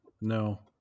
no